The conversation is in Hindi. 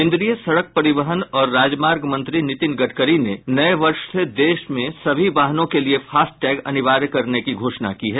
केन्द्रीय सड़क परिवहन और राजमार्ग मंत्री नितिन गडकरी ने नए वर्ष से देश में सभी वाहनों के लिए फास्टैग अनिवार्य करने की घोषणा की है